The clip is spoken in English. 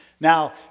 Now